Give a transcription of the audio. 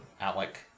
Alec